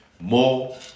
more